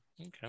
Okay